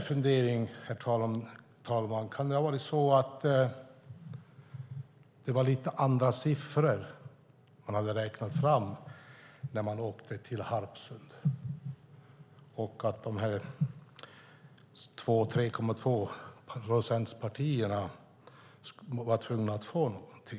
Min fundering, herr talman, är: Kan det ha varit så att det var lite andra siffror man hade räknat fram när man åkte till Harpsund och att 3,2-procentspartierna var tvungna att få något?